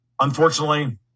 Unfortunately